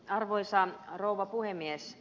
arvoisa rouva puhemies